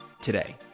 today